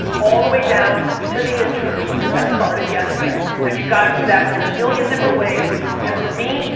all the way down to the intern that started yesterday. and you've got to do that in a million different ways and for me,